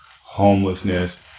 homelessness